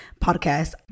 podcast